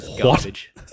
garbage